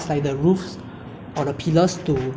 so that it won't be a totally new thing but